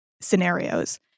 scenarios